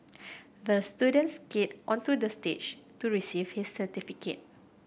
the students skated onto the stage to receive his certificate